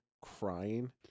crying